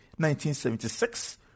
1976